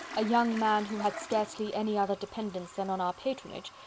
a young man who had scarcely any other dependence than on our patronage,